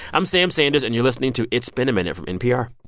i'm sam sanders, and you're listening to it's been a minute from npr